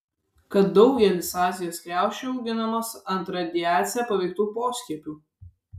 kad daugelis azijos kriaušių auginamos ant radiacija paveiktų poskiepių